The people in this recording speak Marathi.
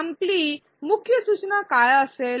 आपली मुख्य सूचना काय असेल